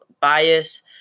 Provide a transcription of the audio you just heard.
bias